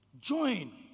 join